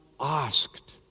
asked